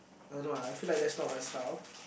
I don't know ah I feel like that's not my style